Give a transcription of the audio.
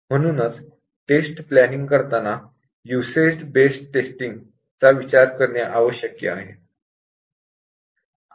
म्हणूनच test planning करताना usage based testing चा विचार करणे आवश्यक आहे